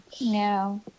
No